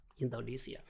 Indonesia